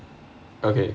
okay